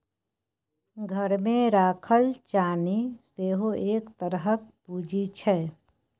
घरमे राखल चानी सेहो एक तरहक पूंजी छै